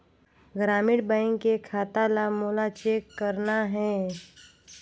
ग्रामीण बैंक के खाता ला मोला चेक करना हे?